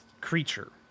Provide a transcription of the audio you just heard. creature